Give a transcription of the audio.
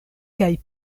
kaj